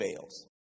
fails